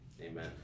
Amen